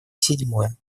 седьмое